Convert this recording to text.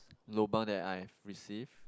lobang that I have received